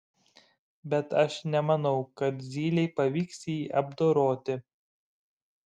bet aš nemanau kad zylei pavyks jį apdoroti